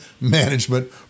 management